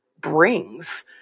brings